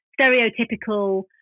stereotypical